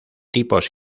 tipos